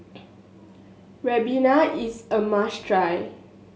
Ribena is a must try